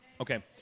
Okay